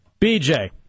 BJ